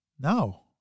no